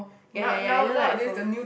ya ya ya you know like for